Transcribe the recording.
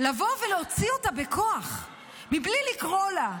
לבוא ולהוציא אותה בכוח מבלי לקרוא לה,